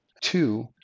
Two